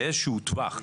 באיזשהו טווח,